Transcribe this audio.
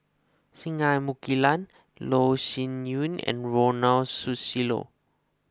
Singai Mukilan Loh Sin Yun and Ronald Susilo